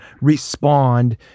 respond